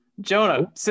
Jonah